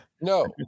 No